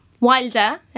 Wilder